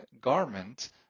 garment